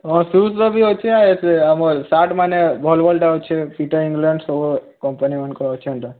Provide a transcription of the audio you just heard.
ହଁ ସୁଜ୍ 'ର ବି ଅଛେ ଆମର୍ ସାର୍ଟମାନେ ଭଲ୍ ଭଲ୍ଟା ଅଛେ ପିଟର୍ଇଂଲଣ୍ଡ ସବୁ କମ୍ପାନୀମାନଙ୍କର ଅଛେ ଏନ୍ତା